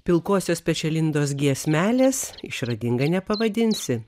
pilkosios pečialindos giesmelės išradinga nepavadinsi